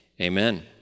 Amen